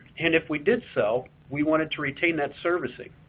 and if we did sell, we wanted to retain that servicing.